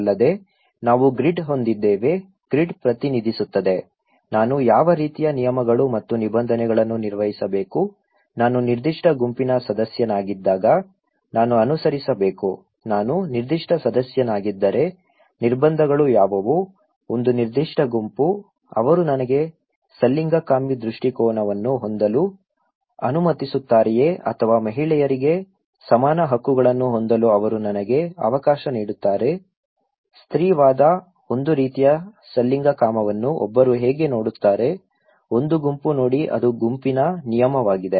ಅಲ್ಲದೆ ನಾವು ಗ್ರಿಡ್ ಹೊಂದಿದ್ದೇವೆ ಗ್ರಿಡ್ ಪ್ರತಿನಿಧಿಸುತ್ತದೆ ನಾನು ಯಾವ ರೀತಿಯ ನಿಯಮಗಳು ಮತ್ತು ನಿಬಂಧನೆಗಳನ್ನು ನಿರ್ವಹಿಸಬೇಕು ನಾನು ನಿರ್ದಿಷ್ಟ ಗುಂಪಿನ ಸದಸ್ಯನಾಗಿದ್ದಾಗ ನಾನು ಅನುಸರಿಸಬೇಕು ನಾನು ನಿರ್ದಿಷ್ಟ ಸದಸ್ಯನಾಗಿದ್ದರೆ ನಿರ್ಬಂಧಗಳು ಯಾವುವು ಒಂದು ನಿರ್ದಿಷ್ಟ ಗುಂಪು ಅವರು ನನಗೆ ಸಲಿಂಗಕಾಮಿ ದೃಷ್ಟಿಕೋನವನ್ನು ಹೊಂದಲು ಅನುಮತಿಸುತ್ತಾರೆಯೇ ಅಥವಾ ಮಹಿಳೆಯರಿಗೆ ಸಮಾನ ಹಕ್ಕುಗಳನ್ನು ಹೊಂದಲು ಅವರು ನನಗೆ ಅವಕಾಶ ನೀಡುತ್ತಾರೆ ಸ್ತ್ರೀವಾದ ಒಂದು ರೀತಿಯ ಸಲಿಂಗಕಾಮವನ್ನು ಒಬ್ಬರು ಹೇಗೆ ನೋಡುತ್ತಾರೆ ಒಂದು ಗುಂಪು ನೋಡಿ ಅದು ಗುಂಪಿನ ನಿಯಮವಾಗಿದೆ